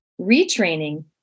retraining